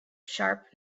sharp